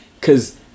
Cause